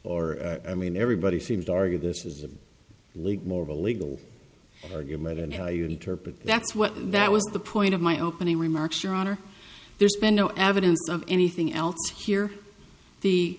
or i mean everybody seems to argue this is a little more of a legal argument and how you interpret that's what that was the point of my opening remarks your honor there's been no evidence of anything else here the